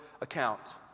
account